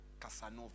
Casanova